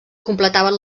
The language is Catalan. completaven